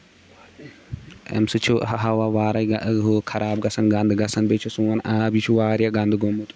اَمہِ سۭتۍ چھُ ہوا وارہ ہُہ خراب گژھان گنٛدٕ گژھان بیٚیہِ چھُ سون آب یہِ چھُ واریاہ گنٛدٕ گوٚومُت